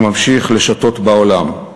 הוא ממשיך לשטות בעולם.